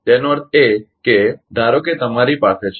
તેનો અર્થ એ કે ધારોકે તમારી પાસે છે